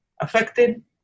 affected